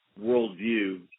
worldview